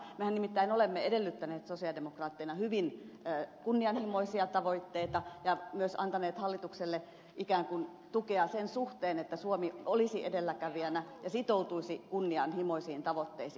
mehän nimittäin olemme edellyttäneet sosialidemokraatteina hyvin kunnianhimoisia tavoitteita ja myös antaneet hallitukselle ikään kuin tukea sen suhteen että suomi olisi edelläkävijänä ja sitoutuisi kunnianhimoisiin tavoitteisiin